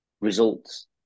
Results